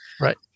Right